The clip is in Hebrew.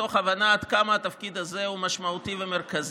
מתוך הבנה עד כמה התפקיד הזה הוא משמעותי ומרכזי,